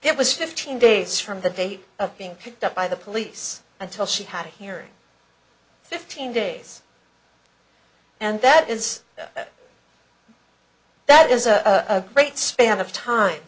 it was fifteen days from the date of being picked up by the police until she had a hearing fifteen days and that is that is a great span of time